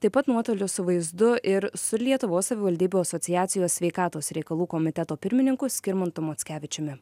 taip pat nuotoliu su vaizdu ir su lietuvos savivaldybių asociacijos sveikatos reikalų komiteto pirmininku skirmantu mockevičiumi